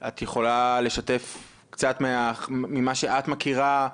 את יכולה לשתף קצת ממה שאת מכירה?